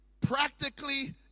practically